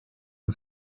and